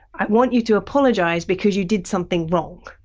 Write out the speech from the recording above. i want you to apologize because you did something wrong,